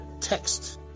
text